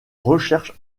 recherche